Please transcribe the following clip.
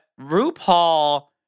RuPaul